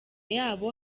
yabo